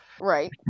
right